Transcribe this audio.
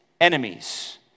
enemies